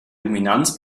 luminanz